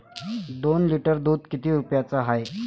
दोन लिटर दुध किती रुप्याचं हाये?